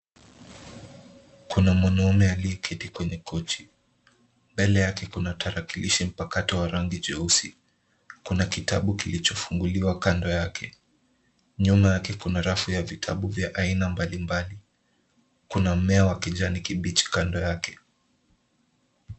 Kuna mwanaume aliyeketi kwenye kochi. Mbele yake kuna tarakilishi mpakato wa rangi jeusi. Kuna kitabu kilichofunguliwa kando yake. Nyuma yake kuna rafu ya vitabu vya aina mbalimbali. Kuna mmea wa kijani kibichi kando yake.